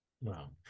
Wow